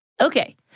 Okay